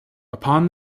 upon